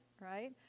right